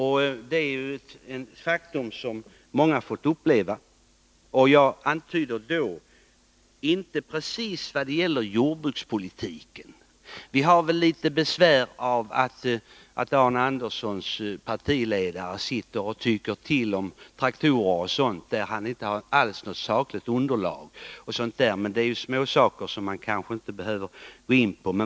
Det är ett faktum som många har fått uppleva. Jag tänker inte på just jordbrukspolitiken. Vi har väl litet besvär med anledning av att Arne Anderssons i Ljung partiledare sitter och tycker till om traktorer och sådant, trots att han inte alls har något sakligt underlag. Men det är ju småsaker som man kanske inte behöver gå in på.